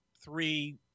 three